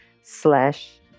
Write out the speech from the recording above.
slash